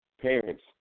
parents